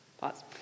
Pause